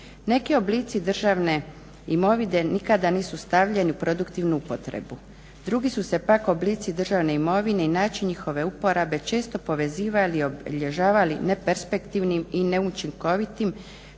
Neki oblici državne imovine nikada nisu stavljeni u produktivnu upotrebu. Drugi su se pak oblici državne imovine i način njihove uporabe često povezivali i obilježavali neperspektivnim i neučinkovitim,